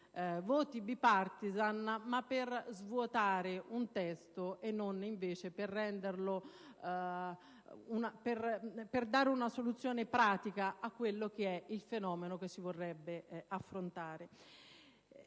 voti *bipartisan* per svuotare un testo e non per dare una soluzione pratica al fenomeno che si vorrebbe affrontare.